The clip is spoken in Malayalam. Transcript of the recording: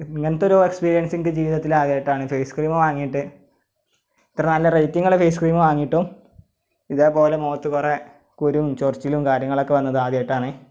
ഇങ്ങനത്തെ ഒരൊ എക്സ്പീരിയൻസ് എനിക്ക് ജീവിതത്തില് ആദ്യായിട്ടാണ് ഫേസ് ക്രീമ് വാങ്ങിയിട്ട് ഇത്ര നല്ല റേറ്റിംഗുള്ള ഫേസ് ക്രീമ് വാങ്ങിയിട്ടും ഇതെപോലെ മുഖത്ത് കുറെ കുരൂം ചൊറിച്ചിലും കാര്യങ്ങളുമൊക്കെ വന്നത് ആദ്യമായിട്ടാണ്